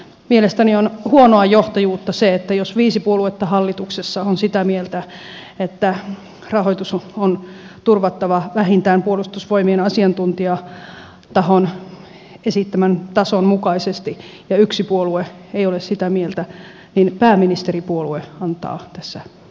mielestäni on huonoa johtajuutta se että jos viisi puoluetta hallituksessa on sitä mieltä että rahoitus on turvattava vähintään puolustusvoimien asiantuntijatahon esittämän tason mukaisesti ja yksi puolue ei ole sitä mieltä niin pääministeripuolue antaa tässä periksi